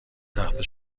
تخته